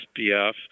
SPF